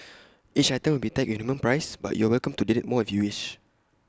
each item will be tagged with A minimum price but you're welcome to donate more if you wish